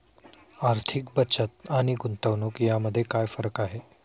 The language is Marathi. आर्थिक बचत आणि गुंतवणूक यामध्ये काय फरक आहे?